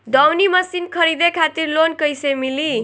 दऊनी मशीन खरीदे खातिर लोन कइसे मिली?